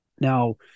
Now